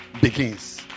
Begins